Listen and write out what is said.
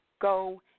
go